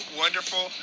wonderful